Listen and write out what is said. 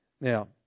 Now